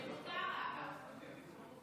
זה מותר, אגב.